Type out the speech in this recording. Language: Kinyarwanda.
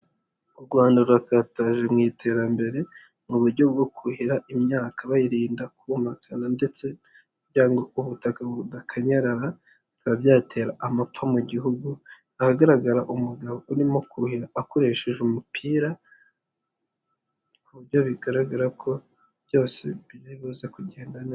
U Rwanda rurakataje mu iterambere mu buryo bwo kuhira imyaka bayirinda kumagara ndetse kugirango ubutaka budakanyarara bikaba byatera amapfa mu gihugu, ahagaragara umugabo urimo kuhira akoresheje umupira ku buryo bigaragara ko byose biribuze kugenda neza.